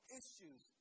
issues